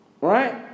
Right